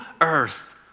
earth